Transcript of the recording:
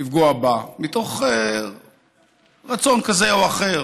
לפגוע בה מתוך רצון כזה או אחר,